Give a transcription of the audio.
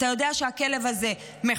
אתה יודע שהכלב הזה מחוסן,